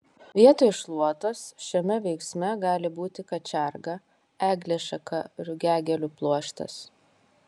vietoj šluotos šiame veiksme gali būti kačerga eglės šaka rugiagėlių pluoštas